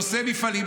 נושא המפעלים,